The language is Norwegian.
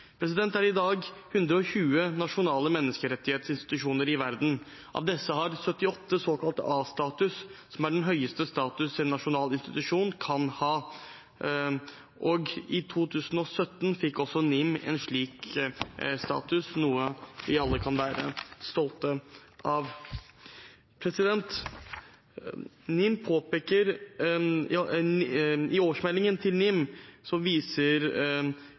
Det er i dag 120 nasjonale menneskerettighetsinstitusjoner i verden. Av disse har 78 såkalt A-status, den høyeste status en nasjonal institusjon kan ha. I 2017 fikk NIM en slik status, noe vi alle kan være stolte av. I NIMs årsmelding vises det til at vi lever i